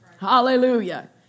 Hallelujah